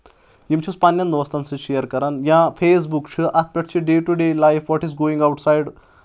یِم چھُس پَنٕنؠن دوستَن سۭتۍ شِیر کَران یا فیس بُک چھُ اَتھ پؠٹھ چھِ day to day life what is going out side